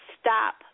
stop